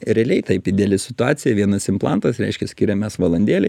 realiai taip ideali situacija vienas implantas reiškia skiriam mes valandėlę